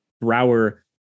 Brower